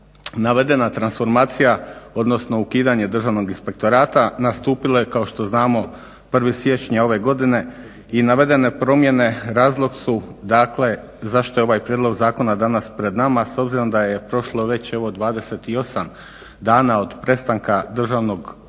Navedena transformacija odnosno ukidanje Državnog inspektorata nastupila je kao što znamo 1.siječnja ove godine i navedene promjene razlog su zašto je ovaj prijedlog zakona danas pred nama, s obzornim da je prošlo već evo 28 dana od prestanka rada